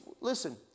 listen